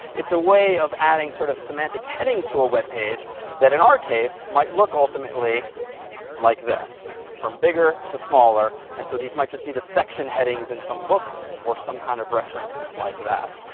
it's a way of adding sort of semantic headings to a web page that in our case might look ultimately like this. from bigger to smaller. and so these might just be the section headings in some book or some kind of reference like that.